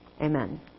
amen